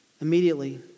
Immediately